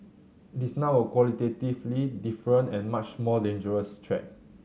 it is now a qualitatively different and much more dangerous threat